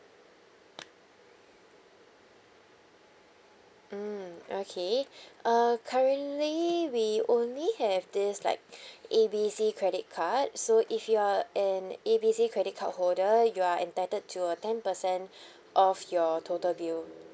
mm okay uh currently we only have this like A B C credit card so if you are an A B C credit card holder you are entitled to a ten percent off your total bill